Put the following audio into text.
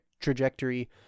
trajectory